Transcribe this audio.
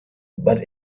but